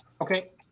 Okay